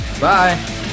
Bye